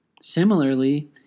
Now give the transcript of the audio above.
Similarly